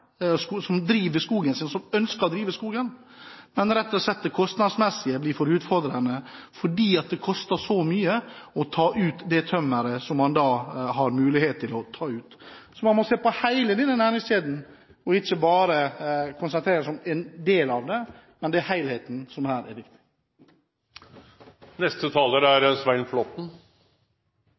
skogeierne som driver skogen sin og som ønsker å drive skogen – at det kostnadsmessige rett og slett blir for utfordrende fordi det koster så mye å ta ut det tømmeret man har mulighet til å ta ut. Man må se på hele denne næringskjeden, og ikke bare konsentrere seg om en del av det. Det er helheten som er viktig her. Jeg skal bare svare helt kort på representanten Lundteigens siste innlegg. Det er